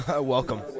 Welcome